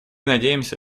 надеемся